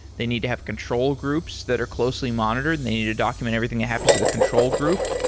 they need to have control groups that are closely monitored and they need to document everything that happens to the control group.